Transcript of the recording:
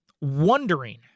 wondering